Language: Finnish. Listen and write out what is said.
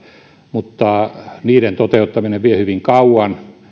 mutta niiden toteuttaminen vie hyvin kauan